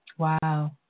Wow